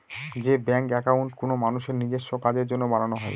যে bank account কোনো মানুষের নিজেস্ব কাজের জন্য বানানো হয়